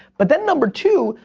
but then, number two,